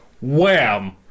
Wham